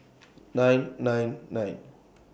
nine nine nine